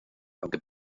aunque